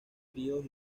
fríos